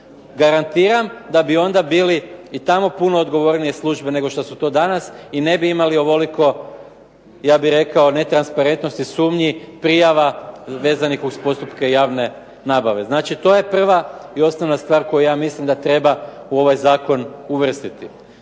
Garantiram da bi onda bili i tamo puno odgovornije služe nego što su to danas i ne bi imali ovoliko ja bih rekao netransparentnosti, sumnji, prijava vezanih uz postupke javne nabave. Znači, to je prva i osnovna stvar koju ja mislim da treba u ovaj zakon uvrstiti.